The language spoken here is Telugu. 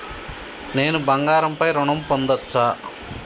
నేను బంగారం పై ఋణం పొందచ్చా?